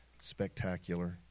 spectacular